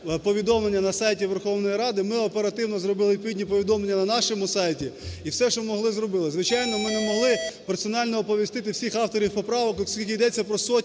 повідомлення на сайті Верховної Ради. Ми оперативно зробили відповідні повідомлення на нашому сайті і все, що могли, зробили. Звичайно, ми не могли персонально оповістити всіх авторів поправок, оскільки йдеться про сотні